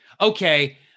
okay